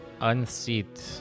unseat